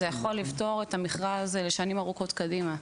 זה יכול לפתור את המכרז לשנים ארוכות קדימה.